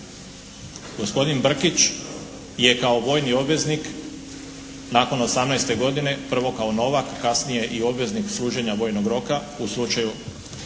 Gospodin Brkić je kao vojni obveznik nakon 18. godine prvo kao novak, kasnije i obveznik služenja vojnog roka, u slučaju